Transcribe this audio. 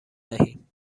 دهیم